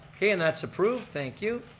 okay, and that's approved, thank you.